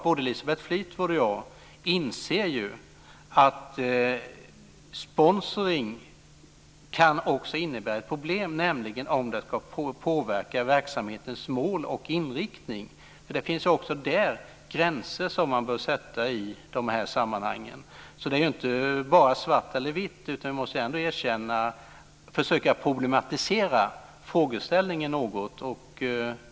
Både Elisabeth Fleetwood och jag inser ju att sponsring också kan innebära ett problem, nämligen om det påverkar verksamhetens mål och inriktning. Det finns också där gränser som man bör sätta i dessa sammanhang. Det är inte bara svart eller vitt. Vi måste ändå försöka att problematisera frågeställningen något.